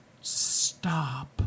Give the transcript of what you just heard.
Stop